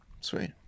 Sweet